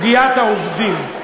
לסוגיית העובדים.